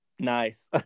Nice